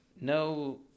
no